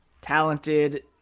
talented